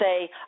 say